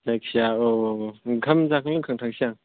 जायखिया औ औ औ ओंखाम जाखां लोंखां थांनोसै आं